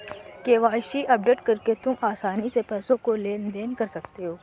KYC update करके तुम आसानी से पैसों का लेन देन कर सकते हो